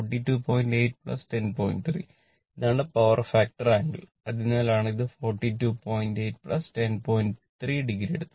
48 cos o എടുത്തത്